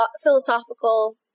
philosophical